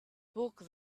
book